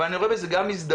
אבל אני רואה בזה גם הזדמנות.